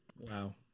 Wow